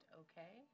okay